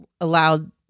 allowed